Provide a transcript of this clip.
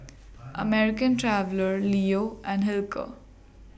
American Traveller Leo and Hilker